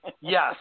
Yes